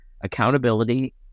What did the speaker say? accountability